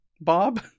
Bob